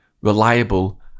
reliable